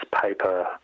paper